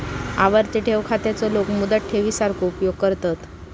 आवर्ती ठेव खात्याचो लोक मुदत ठेवी सारखो उपयोग करतत